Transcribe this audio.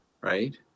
Right